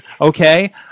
Okay